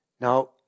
Now